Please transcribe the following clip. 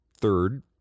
Third